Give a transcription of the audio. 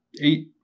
eight